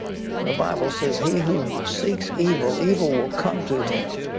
the bible says he who seeks evil, evil will come to him